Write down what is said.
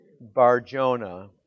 Barjona